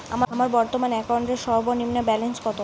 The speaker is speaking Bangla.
আমার বর্তমান অ্যাকাউন্টের সর্বনিম্ন ব্যালেন্স কত?